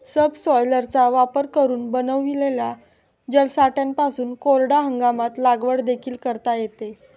सबसॉयलरचा वापर करून बनविलेल्या जलसाठ्यांपासून कोरड्या हंगामात लागवड देखील करता येते